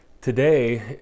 Today